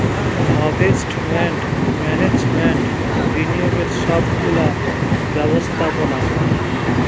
investment management বিনিয়োগের সব গুলা ব্যবস্থাপোনা